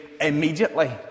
immediately